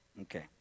Okay